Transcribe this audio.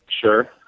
Sure